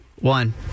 one